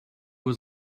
was